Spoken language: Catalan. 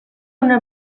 una